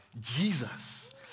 Jesus